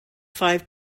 five